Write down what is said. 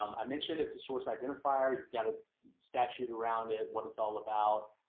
um i mentioned, it's a source identifier got a statute around it, what it's all about.